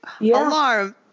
Alarm